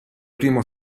primo